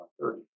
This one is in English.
130